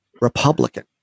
republican